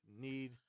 need